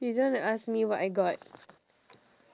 you don't want to ask me what I got